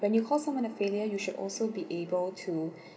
when you call someone a failure you should also be able to